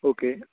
okay